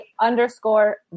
underscore